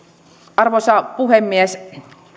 arvoisa puhemies